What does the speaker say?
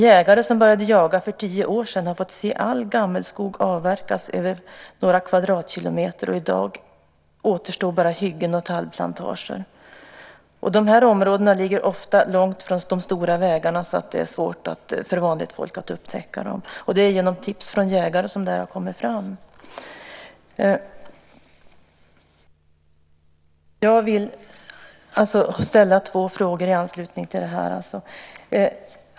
Jägare som började jaga för tio år sedan har fått se all gammelskog avverkas över några kvadratkilometer, och i dag återstår bara hyggen och tallplantager. De här områdena ligger ofta långt från de stora vägarna, så det är svårt för vanligt folk att upptäcka dem. Det är genom tips från jägare som det här har kommit fram. Jag vill ställa två frågor i anslutning till detta.